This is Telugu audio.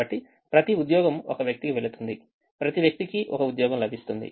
కాబట్టి ప్రతి ఉద్యోగం ఒక వ్యక్తికి వెళుతుంది ప్రతి వ్యక్తికి ఒక ఉద్యోగం లభిస్తుంది